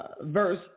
verse